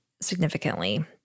significantly